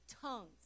tongues